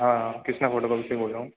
हाँ कृष्णा फोटोकॉपी से ही बोल रहा हूँ